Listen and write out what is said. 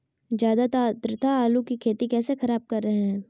ज्यादा आद्रता आलू की खेती कैसे खराब कर रहे हैं?